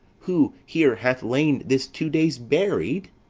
who here hath lain this two days buried.